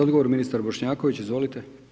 Odgovor ministar Bošnjaković, izvolite.